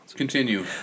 continue